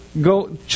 go